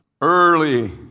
early